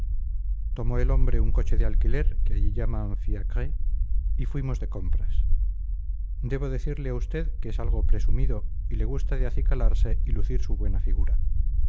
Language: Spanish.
tomó el hombre un coche de alquiler que allí llaman fiacres y fuimos de compras debo decirle a usted que es algo presumido y que gusta de acicalarse y lucir su buena figura